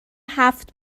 هفت